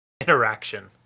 interaction